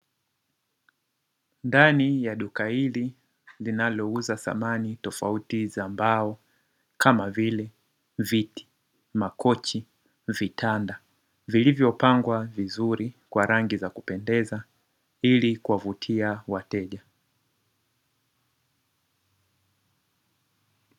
Ndani ya duka hili linalouza samani tofauti za mbao kama vile: viti, makochi, vitanda vilivyopangwa vizuri kwa rangi za kupendeza ili kuwavutia wateja.